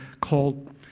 called